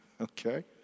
okay